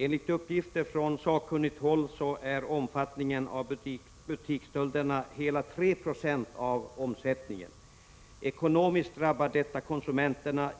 Enligt uppgift från sakkunnigt håll är omfattningen av butiksstölderna hela 3 Jo av omsättningen. Ekonomiskt drabbar detta i